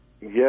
Yes